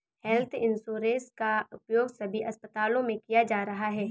health insurance का उपयोग सभी अस्पतालों में किया जा रहा है